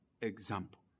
example